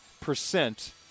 percent